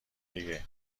دیگه